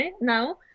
now